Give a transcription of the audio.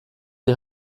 die